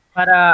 Para